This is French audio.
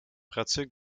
pratique